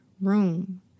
room